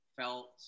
felt